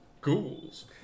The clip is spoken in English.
ghouls